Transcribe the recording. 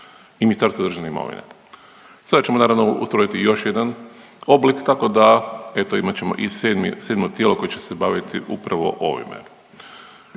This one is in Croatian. i Ministarstvo državne imovine. Sada ćemo naravno ustrojiti i još jedan oblik, tako da eto imat ćemo i 7. tijelo koje će se baviti upravo ovime.